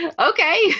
Okay